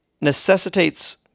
necessitates